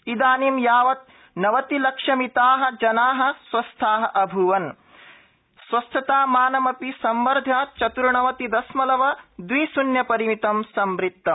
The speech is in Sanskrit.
इदानी यावत नवतिलक्षमिताः जनाः स्वस्था अभूवन स्वस्थतामानम संवध्य चत्र्णवति दशमलव दवि शून्य रिमितम संवृत्तम